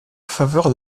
faveur